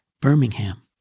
Birmingham